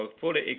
fully